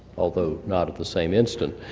although, not at the same instant.